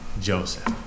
Joseph